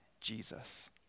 Jesus